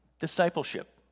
Discipleship